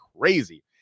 crazy